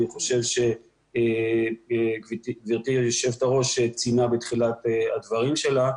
חושב שגברתי יושבת הראש ציינה בתחילת הדברים שלה.